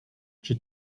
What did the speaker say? czy